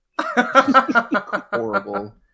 Horrible